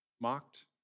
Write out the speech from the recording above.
mocked